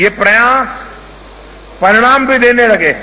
ये प्रयास परिणाम भी देने लगे है